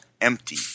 empty